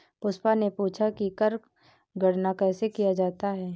पुष्पा ने पूछा कि कर गणना कैसे किया जाता है?